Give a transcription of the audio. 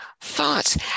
thoughts